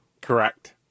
Correct